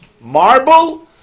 marble